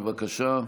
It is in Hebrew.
בבקשה.